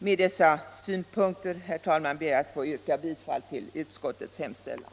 Med dessa synpunkter ber jag att få yrka bifall till utskottets hemställan.